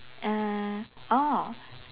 uh oh